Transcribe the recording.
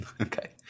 Okay